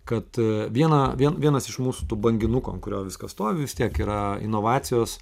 kad vieną vien vienas iš mūsų banginuko ant kurio viskas stovi vis tiek yra inovacijos